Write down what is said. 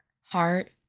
heart